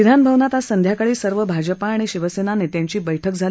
विधानभवनात आज संध्याकाही सर्व भाजपा आणि शिवसेना नेत्यांची बैठक झाली